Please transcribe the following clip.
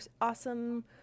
awesome